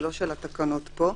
ולא של התקנות פה,